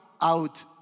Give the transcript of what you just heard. out